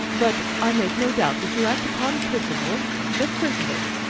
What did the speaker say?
but i make no doubt that you act upon principle just principle.